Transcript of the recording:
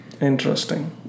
interesting